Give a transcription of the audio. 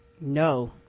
No